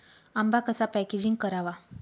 आंबा कसा पॅकेजिंग करावा?